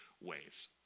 ways